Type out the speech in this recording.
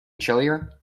chillier